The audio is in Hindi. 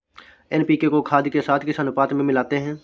एन.पी.के को खाद के साथ किस अनुपात में मिलाते हैं?